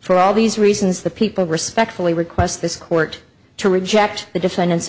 for all these reasons the people respectfully request this court to reject the defendant